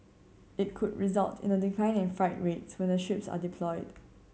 it could result in a decline in freight rates when the ships are deployed